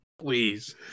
please